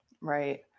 Right